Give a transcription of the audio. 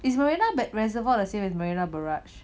is marina reservoir the same as marina barrage